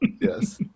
Yes